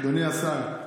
אדוני השר,